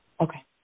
Okay